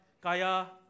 Kaya